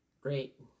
Great